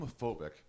homophobic